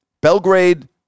Belgrade